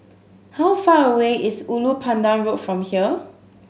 how far away is Ulu Pandan Road from here